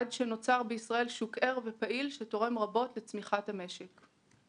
עד שנוצר בישראל שוק ער ופעיל שתורם רבות לצמיחת המשק.